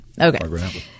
Okay